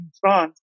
France